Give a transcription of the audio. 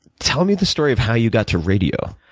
tell me the story of how you got to radio,